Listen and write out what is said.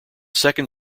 second